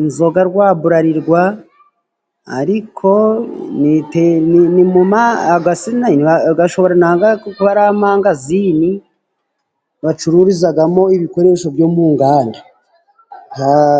inzoga rwa Bralirwa, ariko nitegereje ,ashobora kuba ari amangazini bacururizamo ibikoresho byo mu nganda